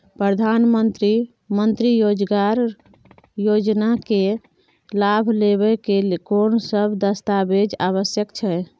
प्रधानमंत्री मंत्री रोजगार योजना के लाभ लेव के कोन सब दस्तावेज आवश्यक छै?